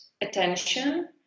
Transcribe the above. attention